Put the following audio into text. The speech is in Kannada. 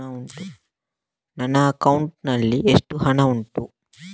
ನನ್ನ ಅಕೌಂಟ್ ನಲ್ಲಿ ಎಷ್ಟು ಹಣ ಉಂಟು?